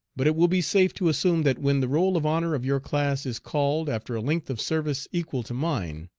but it will be safe to assume that when the roll of honor of your class is called after a length of service equal to mine,